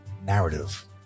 Narrative